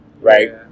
right